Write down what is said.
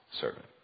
servant